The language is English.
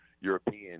european